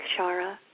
Shara